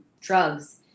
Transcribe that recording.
drugs